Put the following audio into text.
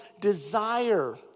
desire